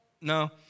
no